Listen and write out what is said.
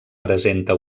presenta